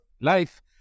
life